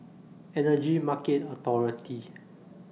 Energy Market Authority